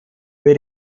für